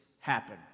happen